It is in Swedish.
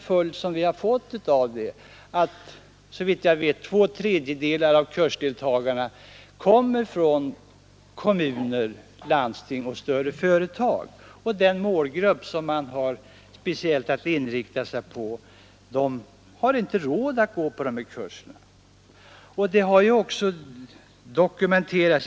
Följden har blivit att — såvitt jag vet — två tredjedelar av kursdeltagarna kommer från kommuner, landsting och större företag, medan den målgrupp som man speciellt har att inrikta sig på inte har råd att gå på kurserna. Detta har ju också dokumenterats.